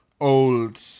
old